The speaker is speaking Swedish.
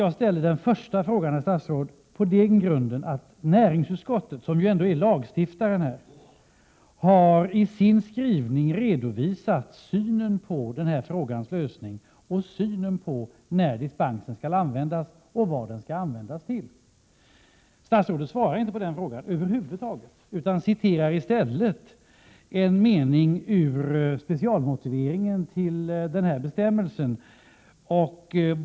Jag ställde den första frågan på den grunden att näringsutskottet, som är lagstiftare i detta fall, i sin skrivning har redovisat synen på frågans lösning och på när dispensen skall användas och vad den skall användas till. Statsrådet svarar över huvud taget inte på den frågan utan citerar i stället en mening ur specialmotiveringen till bestämmelsen.